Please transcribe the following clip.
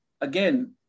Again